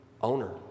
Owner